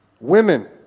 Women